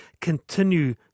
continue